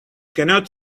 cannot